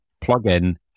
plug-in